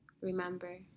Remember